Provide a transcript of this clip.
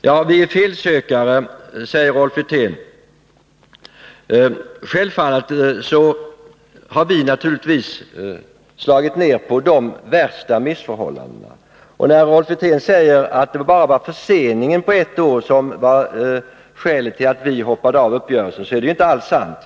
Rolf Wirtén säger att vi är felsökare. Självfallet har vi slagit ner på de värsta missförhållandena. När Rolf Wirtén säger att förseningen på ett år var det enda skälet till att vi hoppade av uppgörelsen, är det inte alls sant.